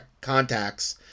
contacts